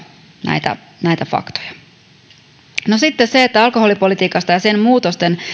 näitä näitä faktoja no sitten on se että alkoholipolitiikasta ja sen muutosten